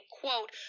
quote